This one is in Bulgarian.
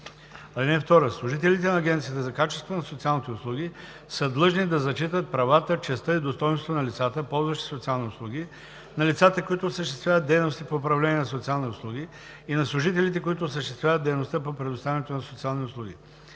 (2) Служителите на Агенцията за качеството на социалните услуги са длъжни да зачитат правата, честта и достойнството на лицата, ползващи социални услуги, на лицата, които осъществяват дейности по управление на социални услуги, и на служителите, които осъществяват дейността по предоставянето на социални услуги.